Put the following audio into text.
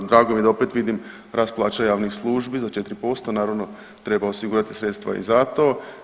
Drago mi je da opet vidim rast plaća javnih službi za 4%, naravno treba osigurati sredstva i za to.